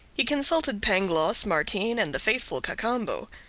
he consulted pangloss, martin, and the faithful cacambo.